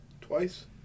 twice